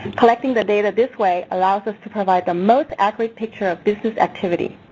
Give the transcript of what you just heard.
collecting the data this way allows us to provide the most accurate picture of business activity.